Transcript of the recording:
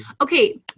okay